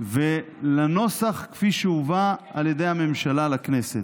ולנוסח כפי שהובא על ידי הממשלה לכנסת.